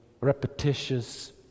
repetitious